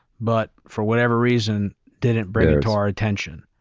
but for whatever reason didn't bring it to our attention.